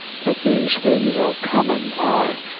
that these things are common, aye,